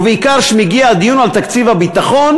ובעיקר כשמגיע הדיון על תקציב הביטחון,